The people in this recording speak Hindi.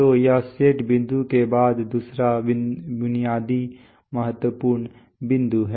तो यह सेट बिंदुओं के बाद दूसरा बुनियादी महत्वपूर्ण बिंदु है